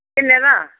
किन्ने दा